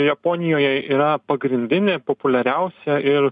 japonijoje yra pagrindinė populiariausia ir